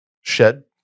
shed